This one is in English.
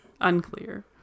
Unclear